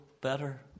better